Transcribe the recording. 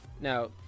Now